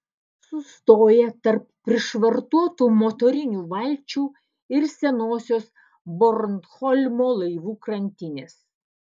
sustoja tarp prišvartuotų motorinių valčių ir senosios bornholmo laivų krantinės